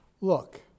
Look